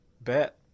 Bet